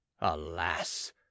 alas